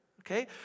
Okay